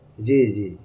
جی جی